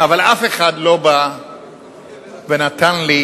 אבל אף אחד לא בא ונתן לי